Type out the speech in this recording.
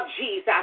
Jesus